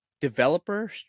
developer